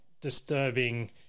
disturbing